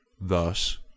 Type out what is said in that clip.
Thus